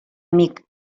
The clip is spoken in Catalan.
amic